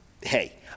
Hey